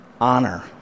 Honor